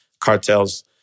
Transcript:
cartels